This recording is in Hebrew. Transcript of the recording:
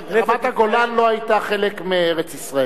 רמת-הגולן לא היתה חלק מארץ-ישראל.